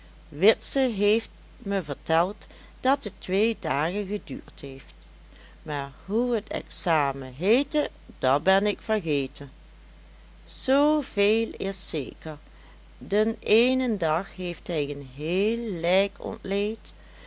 witse heeft me verteld dat het twee dagen geduurd heeft maar hoe het examen heette dat ben ik vergeten zooveel is zeker den eenen dag heeft hij een heel lijk ontleed